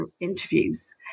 interviews